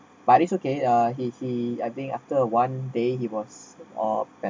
but it's okay uh he he I think after one day he was or